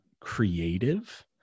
creative